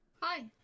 Hi